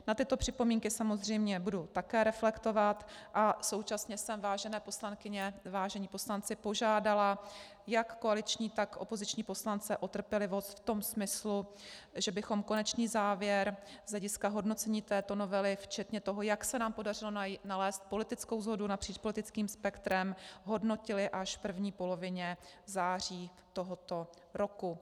Na tyto připomínky samozřejmě budu také reflektovat a současně jsem, vážené poslankyně, vážení poslanci, požádala jak koaliční, tak opoziční poslance o trpělivost v tom smyslu, že bychom konečný závěr z hlediska hodnocení této novely včetně toho, jak se nám podařilo nalézt politickou shodu napříč politickým spektrem, hodnotili až v první polovině září tohoto roku.